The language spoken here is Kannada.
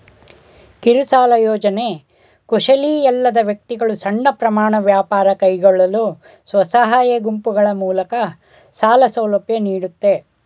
ಕಿರುಸಾಲ ಯೋಜ್ನೆ ಕುಶಲಿಯಲ್ಲದ ವ್ಯಕ್ತಿಗಳು ಸಣ್ಣ ಪ್ರಮಾಣ ವ್ಯಾಪಾರ ಕೈಗೊಳ್ಳಲು ಸ್ವಸಹಾಯ ಗುಂಪುಗಳು ಮೂಲಕ ಸಾಲ ಸೌಲಭ್ಯ ನೀಡುತ್ತೆ